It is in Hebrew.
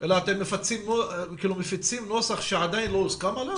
מפיצים נוסח שעדיין לא הוסכם עליו?